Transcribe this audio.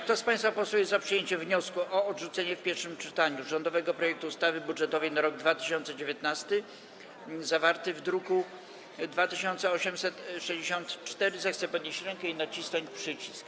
Kto z państwa posłów jest za przyjęciem wniosku o odrzucenie w pierwszym czytaniu rządowego projektu ustawy budżetowej na rok 2019 zawartego w druku nr 2864, zechce podnieść rękę i nacisnąć przycisk.